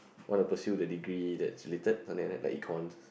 what a pursue that degree is related something like that the Econs